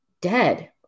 dead